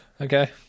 Okay